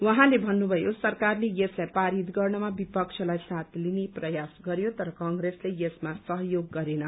उहाँले भन्नुभयो सरकारले यसलाई पारित गर्नमा विपक्षलाई साथ लिने प्रसास गरयो तर कंग्रेसले यसमा सहयोग गरेन